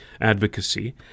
advocacy